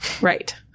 Right